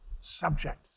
subject